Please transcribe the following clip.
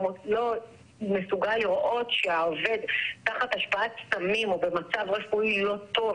לא מסוגל לראות שהעובד תחת השפעת סמים או במצב רפואי לא טוב